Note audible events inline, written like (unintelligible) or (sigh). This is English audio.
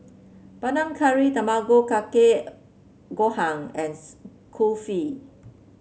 Panang Curry Tamago Kake Gohan and (unintelligible) Kulfi